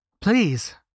Please